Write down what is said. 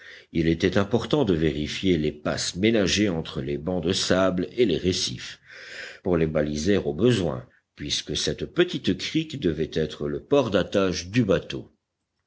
il était important de vérifier les passes ménagées entre les bancs de sable et les récifs pour les baliser au besoin puisque cette petite crique devait être le port d'attache du bateau